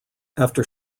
after